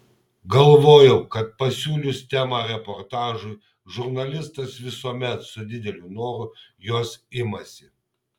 galvojau kad pasiūlius temą reportažui žurnalistas visuomet su dideliu noru jos imasi